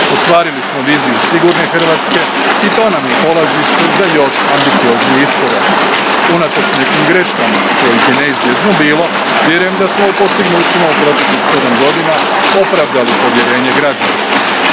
Ostvarili smo viziju sigurne Hrvatske, i to nam je polazište za još ambicioznije iskorake. Unatoč nekim greškama, kojih je neizbježno bilo, vjerujem da smo u postignućima u proteklih sedam godina opravdali povjerenje građana.